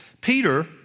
Peter